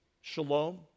shalom